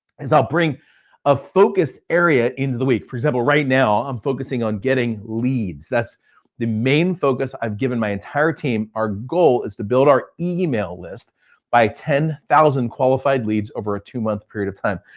is i'll bring a focus area into the week. for example, right now, i'm focusing on getting leads. that's the main focus i've given my entire team. our goal is to build our email list by ten thousand qualified leads over a two-month period of time.